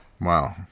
Wow